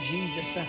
Jesus